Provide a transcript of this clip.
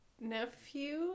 Nephew